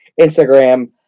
Instagram